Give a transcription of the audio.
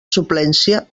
suplència